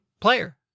player